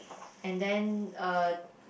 and then uh